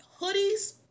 hoodies